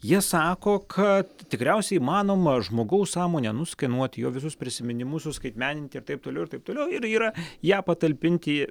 jie sako kad tikriausiai įmanoma žmogaus sąmonę nuskenuoti jo visus prisiminimus suskaitmeninti ir taip toliau ir taip toliau ir yra ją patalpinti